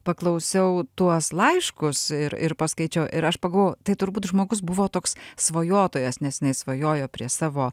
paklausiau tuos laiškus ir ir paskaičiau ir aš pagalvojau tai turbūt žmogus buvo toks svajotojas nes jinai svajojo prie savo